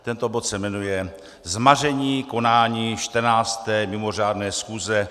Tento bod se jmenuje Zmaření konání 14. mimořádné schůze